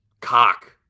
cock